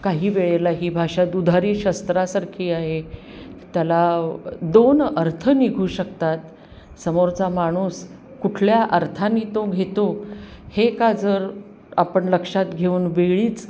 काही वेळेला ही भाषा दुधारी शस्त्रासारखी आहे त्याला दोन अर्थ निघू शकतात समोरचा माणूस कुठल्या अर्थाने तो घेतो हे का जर आपण लक्षात घेऊन वेळीच